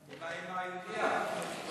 אם האימא יהודייה.